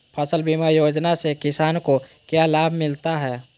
फसल बीमा योजना से किसान को क्या लाभ मिलता है?